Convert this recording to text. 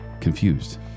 confused